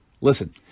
Listen